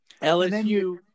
LSU